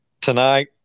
tonight